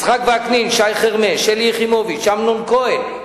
יצחק וקנין, שי חרמש, שלי יחימוביץ, אמנון כהן,